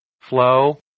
flow